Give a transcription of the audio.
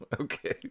Okay